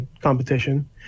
competition